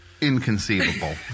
inconceivable